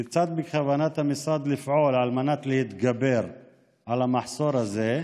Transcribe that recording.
1. כיצד בכוונת המשרד לפעול על מנת להתגבר על המחסור הזה?